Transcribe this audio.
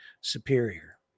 superior